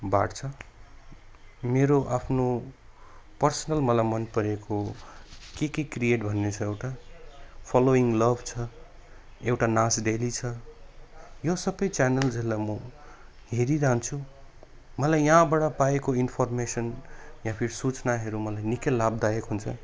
बाँड्छ मेरो आफ्नो पर्सनल मलाई मनपरेको के के क्रिएट भन्ने छ एउटा फलोइङ लभ छ एउटा नास डेली छ यो सबै च्यानल्सहरूलाई म हेरिरहन्छु मलाई यहाँबाट पाएको इन्फर्मेसन या फिर सूचनाहरू मलाई निकै लाभदायक हुन्छ